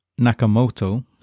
Nakamoto